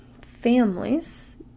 families